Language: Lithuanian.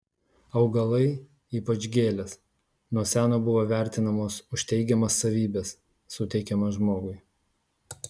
augalai ypač gėlės nuo seno buvo vertinamos už teigiamas savybes suteikiamas žmogui